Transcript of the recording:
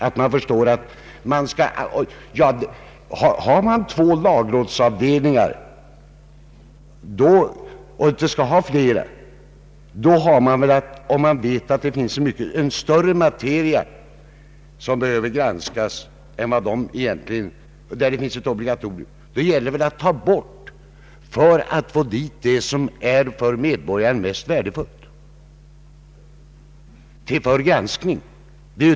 Om det finns två lagrådsavdelningar och man inte vill ha flera och man vet att det finns en större materia som behöver granskas än den som nu ryms inom det obligatoriska området, gäller det väl att bringa sådant till granskning som är för medborgaren mest värdefullt.